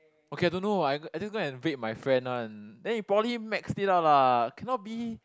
okay I don't know I I just go and vape my friend one then he probably max it out lah cannot be